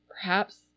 Perhaps